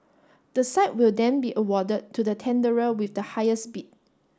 the site will then be awarded to the tenderer with the highest bid